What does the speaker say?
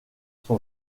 son